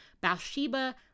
Bathsheba